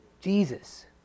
Jesus